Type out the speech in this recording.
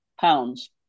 pounds